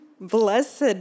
Blessed